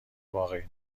واقعی